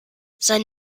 sein